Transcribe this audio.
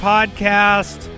Podcast